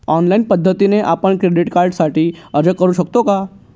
Online पद्धतीने आपण credit कार्डसाठी अर्ज करु शकतो का?